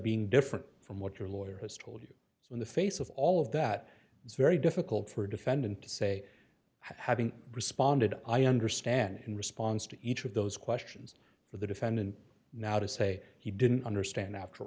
being different from what your lawyer has told you so in the face of all of that it's very difficult for a defendant to say having responded i understand in response to each of those questions for the defendant now to say he didn't understand after